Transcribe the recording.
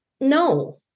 no